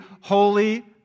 holy